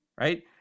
right